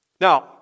Now